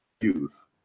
youth